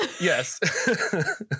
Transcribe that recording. Yes